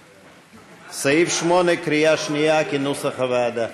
סעיף 8, בקריאה שנייה, כנוסח הוועדה.